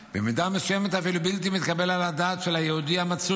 במידה מסוימת אפילו בלתי מתקבל על הדעת של היהודי המצוי,